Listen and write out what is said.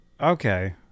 okay